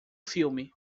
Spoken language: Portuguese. filme